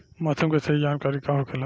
मौसम के सही जानकारी का होखेला?